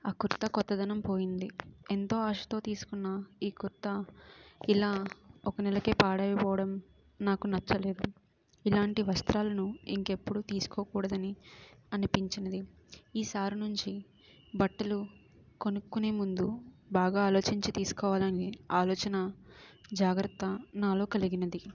ఆ కుర్తా కొత్తదనం పోయింది ఎంతో ఆశతో తీసుకున్న ఈ కుర్తా ఇలా ఒక నెలకు పాడైపోవడం నాకు నచ్చలేదు ఇలాంటి వస్త్రాలను ఇంకెప్పుడు తీసుకోకూడదని అనిపించినది ఈ సారి నుంచి బట్టలు కొనుక్కునే ముందు బాగా ఆలోచించి తీసుకోవాలని ఆలోచన జాగ్రత్త నాలో కలిగింది